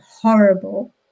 horrible